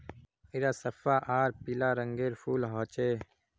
इरा सफ्फा आर पीला रंगेर फूल होचे